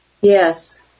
Yes